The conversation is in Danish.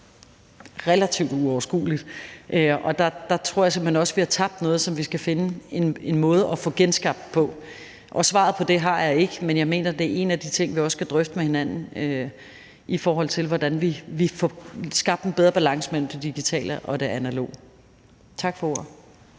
relativt uoverskueligt. Og der tror jeg simpelt hen også, at vi har tabt noget, som vi skal finde en måde at få genskabt på. Svaret på det har jeg ikke, men jeg mener, at det er en af de ting, vi også skal drøfte med hinanden – i forhold til hvordan vi får skabt en bedre balance mellem det digitale og det analoge. Tak for ordet.